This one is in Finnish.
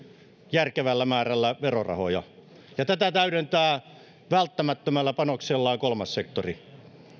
järkevällä määrällä verorahoja ja tätä täydentää välttämättömällä panoksellaan kolmas sektori